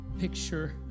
picture